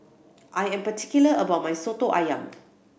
I am particular about my Soto Ayam